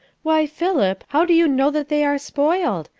why, philip, how do you know that they are spoiled?